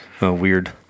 weird